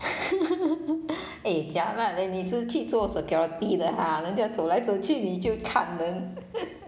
eh jialat leh 你出去做 security 的 ha 人家走来走去你就看人